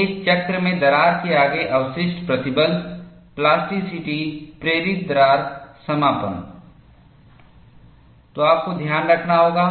एक चक्र में दरार के आगे अवशिष्ट प्रतिबल प्लास्टिसिटी प्रेरित दरार समापन तो आपको ध्यान रखना होगा